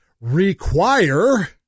require